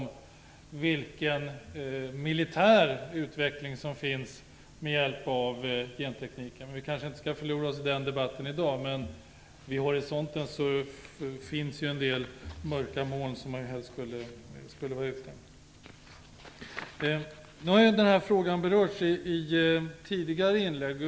Det gäller den militära utveckling som kan äga rum med hjälp av gentekniken. Vi kanske inte skall förlora oss i den debatten i dag, men det finns en del mörka moln vid horisonten som man helst skulle vara utan. Fru talman! Denna fråga har berörts i tidigare inlägg.